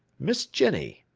miss jenny,